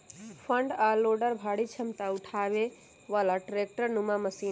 front आ loader भारी क्षमता उठाबे बला ट्रैक्टर नुमा मशीन हई